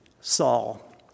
Saul